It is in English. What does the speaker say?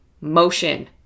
motion